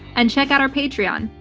and check out our patreon.